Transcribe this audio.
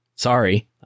Sorry